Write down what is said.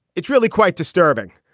it's really quite disturbing.